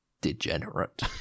degenerate